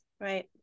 Right